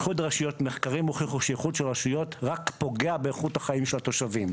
מחקרים הוכיחו שאיחוד רשויות רק פוגע באיכות החיים של התושבים.